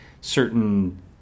certain